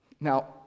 Now